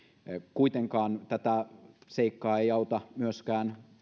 kuitenkaan tätä seikkaa ei auta myöskään